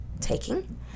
taking